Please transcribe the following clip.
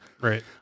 right